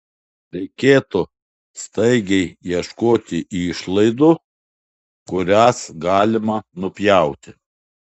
reikėtų staigiai ieškoti išlaidų kurias galima nupjauti